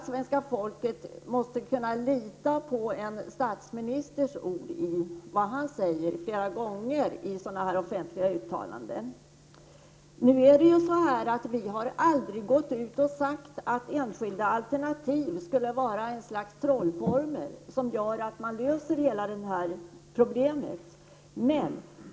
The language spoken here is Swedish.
Svenska folket måste väl ändå kunna lita på vad statsministern flera gånger säger i offentliga uttalanden. Vi har faktiskt aldrig sagt att enskilda alternativ skulle vara ett slags trollformel som gör att man kan lösa hela det här problemet.